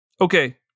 Okay